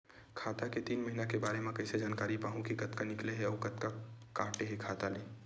खाता के तीन महिना के बारे मा कइसे जानकारी पाहूं कि कतका निकले हे अउ कतका काटे हे खाता ले?